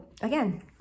again